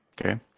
Okay